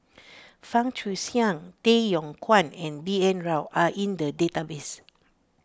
Fang Guixiang Tay Yong Kwang and B N Rao are in the database